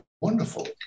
wonderful